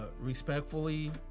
respectfully